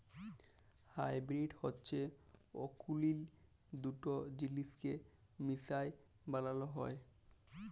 hybrid হছে অকুলীল দুট জিলিসকে মিশায় বালাল হ্যয়